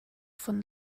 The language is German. von